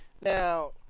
Now